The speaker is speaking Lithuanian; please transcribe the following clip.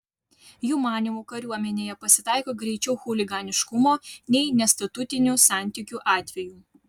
jų manymu kariuomenėje pasitaiko greičiau chuliganiškumo nei nestatutinių santykių atvejų